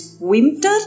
winter